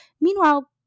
Meanwhile